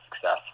success